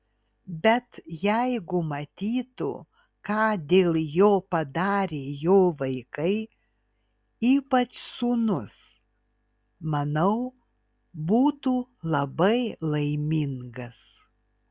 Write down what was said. bet jeigu matytų ką dėl jo padarė jo vaikai ypač sūnus manau būtų labai laimingas